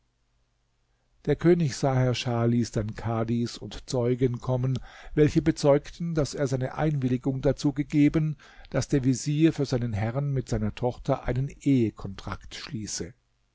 der könig saherschah ließ dann kahdis und zeugen kommen welche bezeugten daß er seine einwilligung dazu gegeben daß der vezier für seinen herrn mit seiner tochter einen ehekontrakt schließe